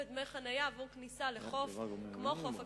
ודמי חנייה עבור כניסה לחוף, כמו חוף הכינרת.